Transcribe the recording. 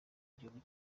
igihugu